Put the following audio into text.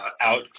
out